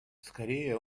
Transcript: скорее